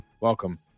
Welcome